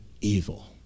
evil